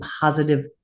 positive